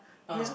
okay so